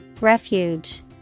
Refuge